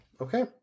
Okay